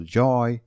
joy